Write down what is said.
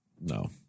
No